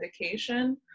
indication